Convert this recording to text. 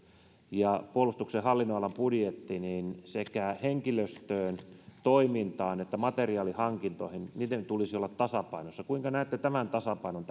ja puolustuksen hallinnonalan budjetti niin sekä henkilöstön toiminnan että materiaalihankintojen tulisi olla tasapainossa kuinka näette tämän tasapainon